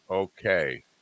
Okay